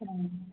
अहम्